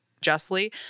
justly